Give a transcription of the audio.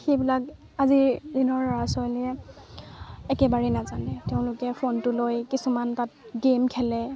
সেইবিলাক আজিৰ দিনৰ ল'ৰা ছোৱালীয়ে একেবাৰেই নাজানে তেওঁলোকে ফোনটো লৈ কিছুমান তাত গেম খেলে